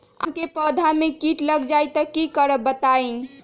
आम क पौधा म कीट लग जई त की करब बताई?